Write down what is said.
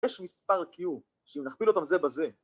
‫יש מספר קיום, ‫שאם נכפיל אותם זה בזה...